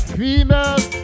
females